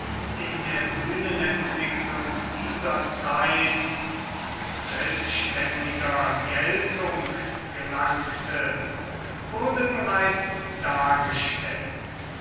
in der bühnenentwicklung dieser zeit zu selbständigerer geltung gelangte wurde bereits dargestellt